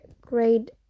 great